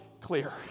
clear